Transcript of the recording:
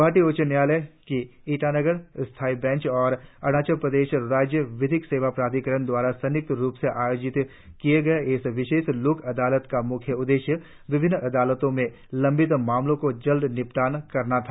गुवाहाटी उच्च न्यायालय की ईटानगर स्थायी बेंच और अरुणाचल प्रदेश राज्य विधिक सेवा प्राधिकरण द्वारा संयुक्त रुप से आयोजित किए गए इस विशेष लोक अदालत का मुख्य उद्देश्य विभिन्न अदालतों में लंबित मामलों का जल्द निपटान करना था